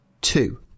two